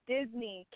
Disney